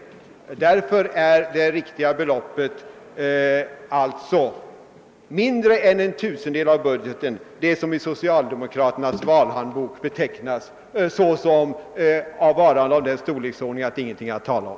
Därför är det riktiga beloppet mindre än en tusendel av budgeten -— det som i socialdemokraternas valhandbok betecknas såsom varande av den storleksordningen att det är ingenting att tala om.